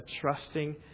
trusting